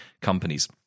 companies